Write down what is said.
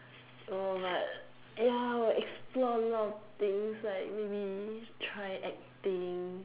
no but ya must explore a lot of things like maybe try acting